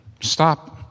stop